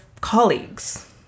colleagues